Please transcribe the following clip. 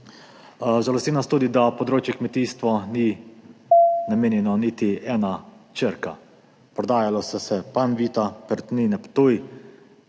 Žalosti nas tudi, da področju kmetijstva ni namenjena niti ena črka. Prodajali sta se Panvita in Perutnina Ptuj.